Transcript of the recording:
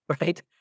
Right